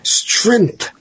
strength